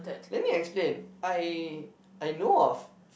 let me explain I I know of